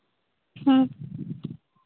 ᱦᱮᱸ